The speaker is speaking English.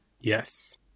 Yes